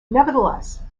nevertheless